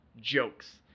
Jokes